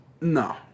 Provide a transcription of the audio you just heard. No